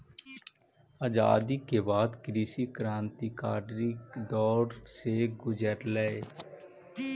आज़ादी के बाद कृषि क्रन्तिकारी के दौर से गुज़ारलई